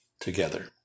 together